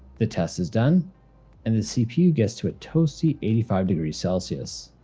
the test is done and the cpu gets to a toasty eighty five degrees celsius.